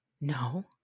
No